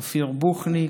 אופיר בוחניק.